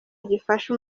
gifasha